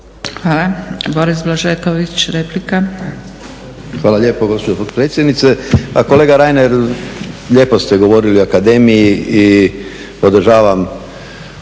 replika. **Blažeković, Boris (HNS)** Hvala lijepo gospođo potpredsjednice. Pa kolega Reiner lijepo ste govorili o akademiji i podržavam